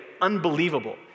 unbelievable